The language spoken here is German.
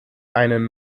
einen